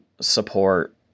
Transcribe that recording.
support